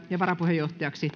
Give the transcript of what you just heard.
ja varapuheenjohtajansa